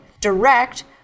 direct